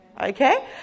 Okay